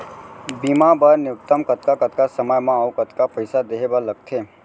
बीमा बर न्यूनतम कतका कतका समय मा अऊ कतका पइसा देहे बर लगथे